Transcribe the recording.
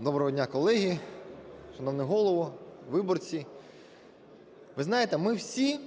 Доброго дня колеги, шановний Голово, виборці! Ви знаєте, ми всі